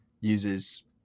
uses